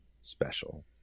special